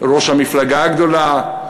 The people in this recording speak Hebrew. ראש המפלגה הגדולה?